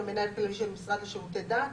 המנהל הכללי של המשרד לשירותי דת,